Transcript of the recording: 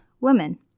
women